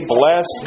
bless